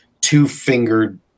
two-fingered